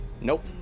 nope